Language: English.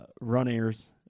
runners